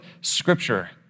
scripture